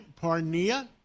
Parnia